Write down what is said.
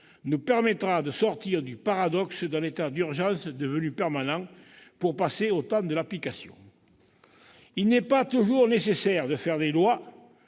nous permettra de sortir du paradoxe d'un état d'urgence devenu permanent, pour passer au temps de l'application. « Il n'est pas toujours nécessaire de faire des lois,